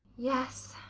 yes,